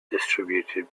distributed